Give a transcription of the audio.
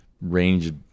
range